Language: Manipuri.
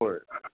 ꯍꯣꯏ